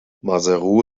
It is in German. maseru